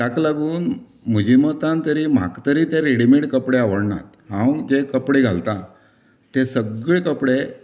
ताका लागून म्हजे मतान तरी म्हाका तरी तें रेडिमेड कपडे आवडनात हांव जे कपडे घालतां ते सगळे कपडे